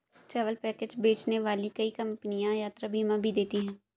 travel package बेचने वाली कई कंपनियां यात्रा बीमा भी देती हैं